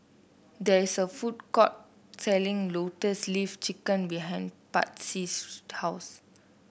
there is a food court selling Lotus Leaf Chicken behind Patsy's house